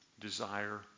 desire